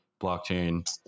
blockchain